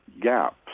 gaps